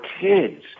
kids